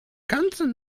ganzen